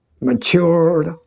matured